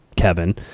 Kevin